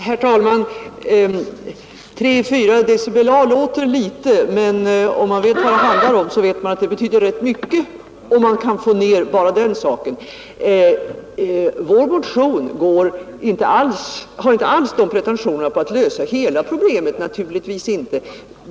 Herr talman! Det låter inte mycket med 3—4 dB, men vet man vad det handlar om så vet man att det betyder rätt mycket om man kan få ned bullret bara så mycket. Vår motion har naturligtvis inte alls pretentioner på att lösa hela problemet.